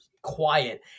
quiet